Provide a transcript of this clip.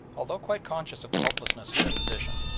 although quite conscious of the hopelessness of their position,